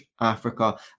Africa